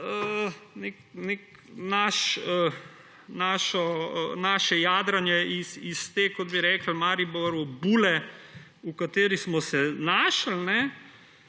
naše jadranje iz te, kot bi rekli v Mariboru, bule, v kateri smo se znašli.